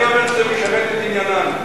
אני אומר שזה משרת את עניינן.